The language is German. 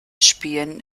spielen